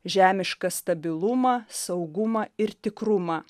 žemišką stabilumą saugumą ir tikrumą